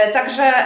Także